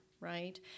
Right